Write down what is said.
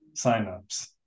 signups